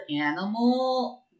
animal